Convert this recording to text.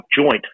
joint